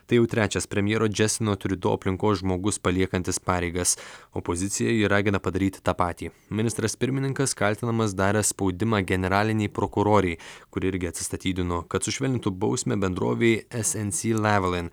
tai jau trečias premjero džestino triudo aplinkos žmogus paliekantis pareigas opozicija jį ragina padaryti tą patį ministras pirmininkas kaltinamas daręs spaudimą generalinei prokurorei kuri irgi atsistatydino kad sušvelnintų bausmę bendrovei es en si lavelin